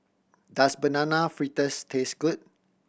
does Banana Fritters taste good